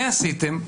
מה עשיתם?